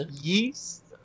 Yeast